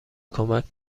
کمک